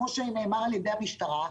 כמו שנאמר ע"י המשטרה,